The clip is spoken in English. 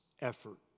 effort